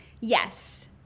Yes